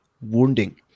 wounding